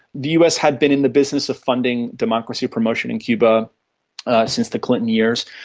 the us had been in the business of funding democracy promotion in cuba since the clinton years,